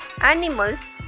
animals